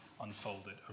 unfolded